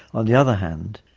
on the other hand,